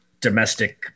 domestic